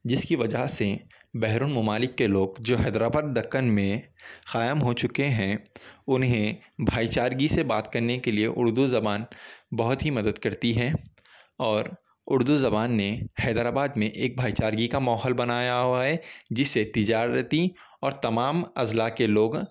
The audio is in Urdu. جس کی وجہ سے بیرون ممالک کے لوگ جو حیدرآباد دکن میں قائم ہو چُکے ہیں اُنہیں بھائی چارگی سے بات کرنے کے لیے اُردو زبان بہت ہی مدد کرتی ہے اور اُردو زبان نے حیدرآباد میں ایک بھائی چارگی کا ماحول بنایا ہُوا ہے جس سے تجارتی اور تمام اضلاع کے لوگ